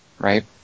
right